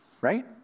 right